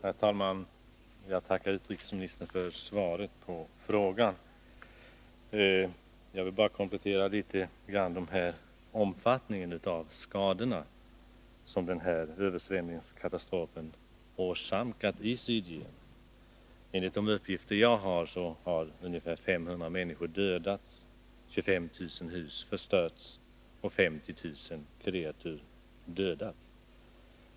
Herr talman! Jag tackar utrikesministern för svaret på min fråga. Jag vill bara göra en liten komplettering när det gäller omfattningen av de skador som den aktuella översvämningskatastrofen åsamkat Sydyemen. Enligt de uppgifter jag har inhämtat har ungefär 500 människor och 50 000 kreatur dödats samt 25 000 hus förstörts.